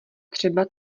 třeba